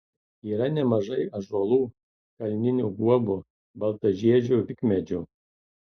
yra nemažai ąžuolų kalninių guobų baltažiedžių vikmedžių